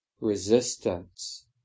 resistance